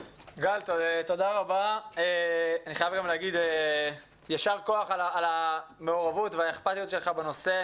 גל, תודה רבה ויישר כוח על המעורבות שלך בנושא.